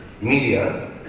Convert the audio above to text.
media